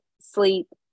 sleep